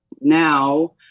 now